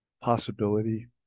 possibility